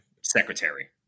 secretary